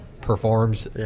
performs